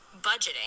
budgeting